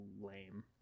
lame